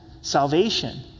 salvation